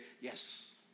yes